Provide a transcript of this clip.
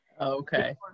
okay